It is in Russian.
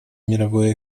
мировой